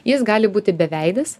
jis gali būti beveidis